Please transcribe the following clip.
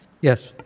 Yes